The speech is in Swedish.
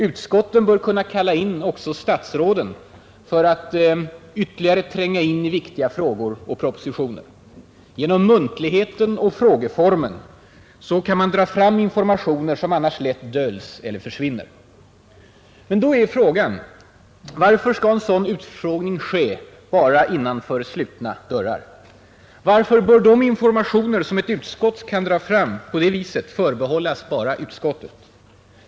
Utskotten bör kunna kalla in också statsråd för att ytterligare tränga in i viktiga frågor och propositioner. Genom muntligheten och frågeformen kan man dra fram informationer som annars lätt döljs eller försvinner. Då är frågan: varför skall en sådan utfrågning ske bara innanför slutna dörrar? Varför bör de informationer, som ett utskott kan dra fram, på det viset förbehållas endast utskottet?